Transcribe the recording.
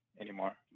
anymore